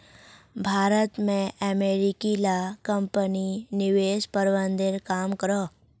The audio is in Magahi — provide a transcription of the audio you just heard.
भारत में अमेरिकी ला कम्पनी निवेश प्रबंधनेर काम करोह